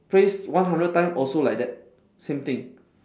praise one hundred time also like that same thing